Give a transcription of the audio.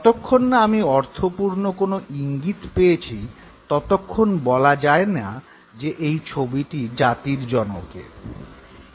যতক্ষণ না আমি অর্থপূর্ণ কোনো ইঙ্গিত পেয়েছি ততক্ষণ বলা যায়নি যে এই ছবিটি জাতির জনকের